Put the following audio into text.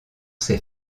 ses